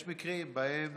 יש מקרים שבהם